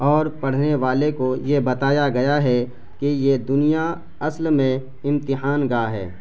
اور پڑھنے والے کو یہ بتایا گیا ہے کہ یہ دنیا اصل میں امتحان گاہ ہے